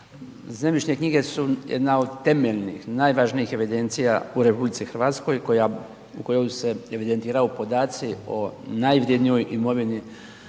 Zemljišne knjige su jedna od temeljnih, najvažnijih evidencija u RH koja, u koju se evidentiraju podaci o najvrjednijoj imovini